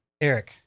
Eric